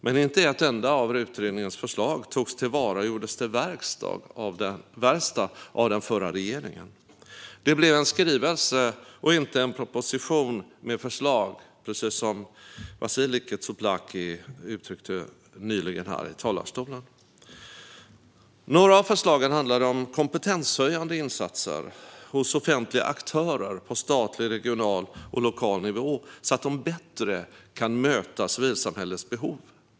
Men inte ett enda av utredningens förslag togs till vara och gjordes till verkstad av den förra regeringen. Det blev en skrivelse och inte en proposition med förslag, precis som Vasiliki Tsouplaki uttryckte det nyss här i talarstolen. Några av förslagen handlade om kompetenshöjande insatser hos offentliga aktörer på statlig, regional och lokal nivå så att de bättre kan möta civilsamhällets behov.